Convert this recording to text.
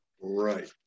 Right